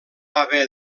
haver